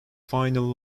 final